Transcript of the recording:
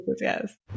yes